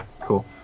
cool